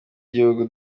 igihugu